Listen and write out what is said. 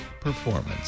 performance